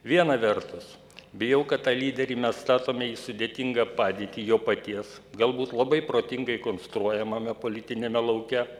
viena vertus bijau kad tą lyderį mes statome į sudėtingą padėtį jo paties galbūt labai protingai konstruojamame politiniame lauke